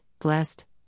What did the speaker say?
blessed